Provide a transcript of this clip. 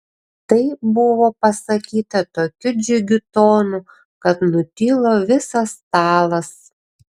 tai buvo pasakyta tokiu džiugiu tonu kad nutilo visas stalas